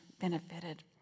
benefited